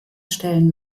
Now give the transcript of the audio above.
stellen